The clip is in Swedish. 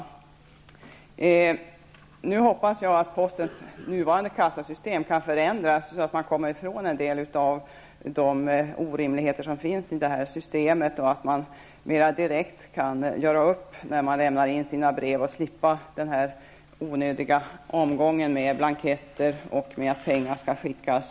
Jag hoppas att postens nuvarande kassasystem kan förändras så att man kommer ifrån en del av de orimligheter som finns i detta system. Man måste kunna göra upp direkt, när man lämnar in sina brev, och slippa den onödiga omgången med blanketter och att pengarna skall skickas.